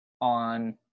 on